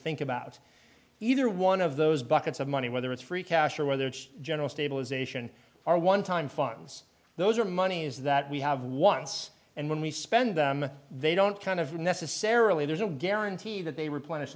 think about either one of those buckets of money whether it's free cash or whether it's general stabilization our one time funds those are money is that we have once and when we spend them they don't kind of necessarily there's no guarantee that they replenish